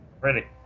Ready